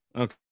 Okay